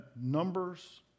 numbers